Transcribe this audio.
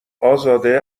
ازاده